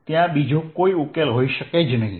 ત્યાં બીજો કોઈ ઉકેલ હોઈ શકે જ નહીં